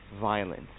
violence